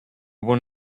one